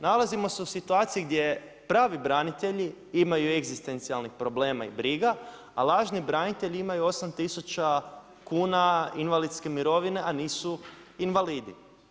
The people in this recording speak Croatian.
Nalazimo se u situaciji gdje pravi branitelji imaju egzistencijalnih problema i briga a lažni branitelji imaju 8 tisuća kuna invalidske mirovine a nisu invalidi.